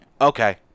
Okay